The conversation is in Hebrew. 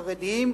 החרדיים,